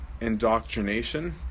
indoctrination